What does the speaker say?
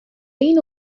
این